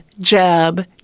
jab